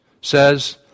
says